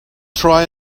try